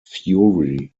fury